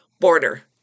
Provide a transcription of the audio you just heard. border